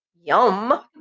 Yum